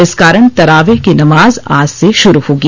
इस कारण तरावीह की नमाज आज से शुरू होगी